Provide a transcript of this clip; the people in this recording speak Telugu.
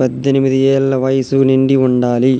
పద్దెనిమిది ఏళ్ల వయసు నిండి ఉండాలి